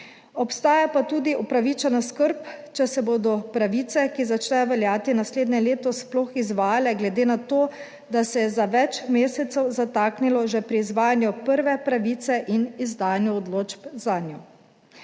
Obstaja pa tudi upravičena skrb, če se bodo pravice, ki začnejo veljati naslednje leto, sploh izvajale, glede na to, da se je za več mesecev zataknilo že pri izvajanju prve pravice in izdajanju odločb zanjo.